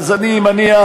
אז אני מניח,